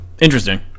Interesting